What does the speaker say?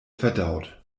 verdaut